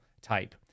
type